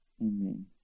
Amen